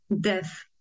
death